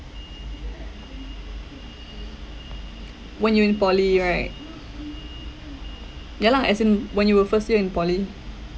when you're in poly right ya lah as in when you were first year in poly